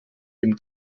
dem